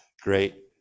great